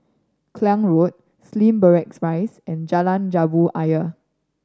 Klang Road Slim Barracks Rise and Jalan Jambu Ayer